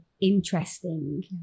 interesting